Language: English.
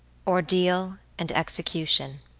ordeal and execution